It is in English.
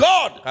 God